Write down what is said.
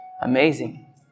amazing